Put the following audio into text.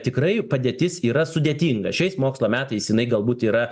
tikrai padėtis yra sudėtinga šiais mokslo metais jinai galbūt yra